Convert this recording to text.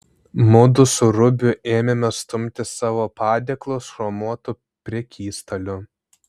mudu su rubiu ėmėme stumti savo padėklus chromuotu prekystaliu